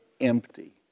empty